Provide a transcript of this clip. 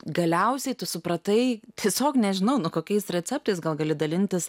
galiausiai tu supratai tiesiog nežinau nu kokiais receptais gal gali dalintis